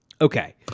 Okay